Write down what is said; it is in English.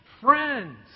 friends